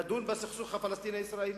לדון בסכסוך הפלסטיני-הישראלי,